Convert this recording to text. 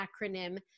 acronym